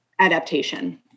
adaptation